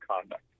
conduct